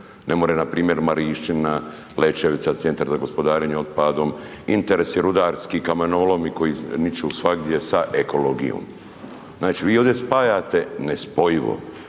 ne more npr. Marišćina, Lećevica, centar za gospodarenje otpadom, interesi rudarski, kamenolomi koji niču svagdje sa ekologijom. Znači vi ovdje spajate nespojivo.